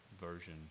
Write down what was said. version